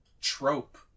trope